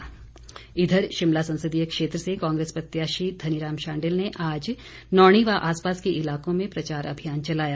शांडिल इधर शिमला संसदीय क्षेत्र से कांग्रेस प्रत्याशी धनीराम शांडिल ने आज नौणी व आसपास के इलाकों में प्रचार अभियान चलाया